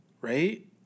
Right